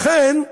לכן,